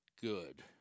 good